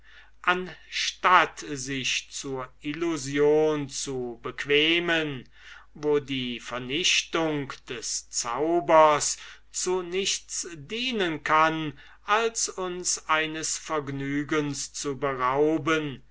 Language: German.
anstatt sich zur illusion zu bequemen wo die vernichtung des zaubers zu nichts dienen kann als uns eines vergnügens zu berauben